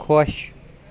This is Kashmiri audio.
خۄش